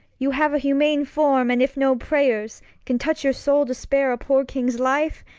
you have a humane form, and if no prayer's can touch your soul to spare a poor king's life,